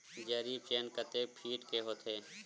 जरीब चेन कतेक फीट के होथे?